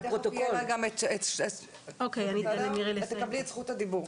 את תקבלי תכף את זכות הדיבור.